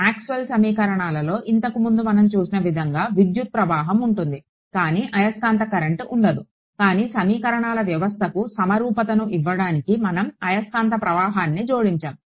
Maxwell సమీకరణాలలో ఇంతకుముందు మనం చూసిన విధంగా విద్యుత్ ప్రవాహం ఉంటుంది కానీ అయస్కాంత కరెంట్ ఉండదు కానీ సమీకరణాల వ్యవస్థకు సమరూపతను ఇవ్వడానికి మనం అయస్కాంత ప్రవాహాన్ని జోడించాము